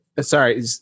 sorry